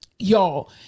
y'all